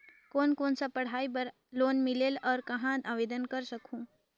कोन कोन सा पढ़ाई बर लोन मिलेल और कहाँ आवेदन कर सकहुं?